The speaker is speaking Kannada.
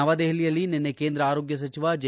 ನವದೆಹಲಿಯಲ್ಲಿ ನಿನ್ನೆ ಕೇಂದ್ರ ಆರೋಗ್ಯ ಸಚಿವ ಜೆ